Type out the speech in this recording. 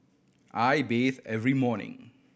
I bathe every morning